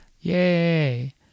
Yay